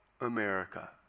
America